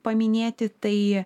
paminėti tai